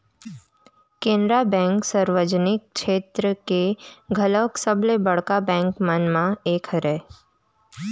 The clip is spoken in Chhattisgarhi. केनरा बेंक सार्वजनिक छेत्र के घलोक सबले बड़का बेंक मन म एक हरय